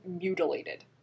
mutilated